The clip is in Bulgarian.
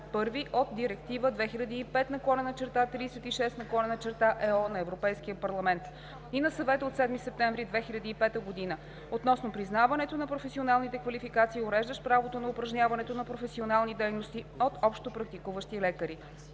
§ 1 от Директива 2005/36/ЕО на Европейския парламент и на Съвета от 7 септември 2005 г. относно признаването на професионалните квалификации, уреждащ правото на упражняването на професионални дейности от общопрактикуващи лекари.